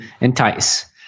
entice